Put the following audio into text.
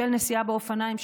של נסיעה באופניים,